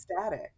static